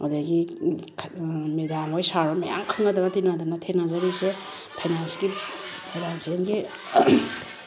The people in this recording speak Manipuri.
ꯑꯗꯒꯤ ꯃꯦꯗꯥꯝꯍꯣꯏ ꯁꯥꯔꯍꯣꯏ ꯃꯌꯥꯝ ꯈꯪꯅꯗꯅ ꯇꯤꯟꯅꯗꯅ ꯊꯦꯡꯅꯖꯔꯤꯁꯦ ꯐꯥꯏꯅꯥꯟꯁꯀꯤ ꯐꯥꯏꯅꯥꯟꯁꯤꯑꯦꯜꯒꯤ